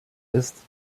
ist